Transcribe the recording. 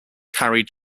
carried